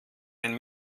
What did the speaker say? ein